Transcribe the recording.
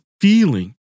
feeling